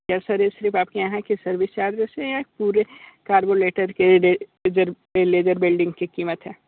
yes sir ये सिर्फ आपके यहाँ की सर्विस चार्ज ऐसे हैं या पूरे कार्बोलेटर के इधर लेज़र वेल्डिंग की कीमत है